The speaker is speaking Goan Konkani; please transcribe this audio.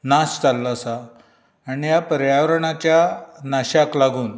नाश जाल्लो आसा आनी ह्या पर्यावरणाच्या नाशाक लागून